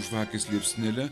žvakės liepsnele